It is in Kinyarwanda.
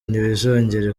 ntibizongere